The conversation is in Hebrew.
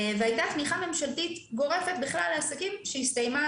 והייתה תמיכה ממשלתית גורפת בכלל לעסקים שהסתיימה,